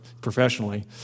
professionally